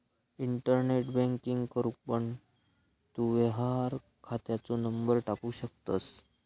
internet banking करूक पण तू व्यवहार खात्याचो नंबर टाकू शकतंस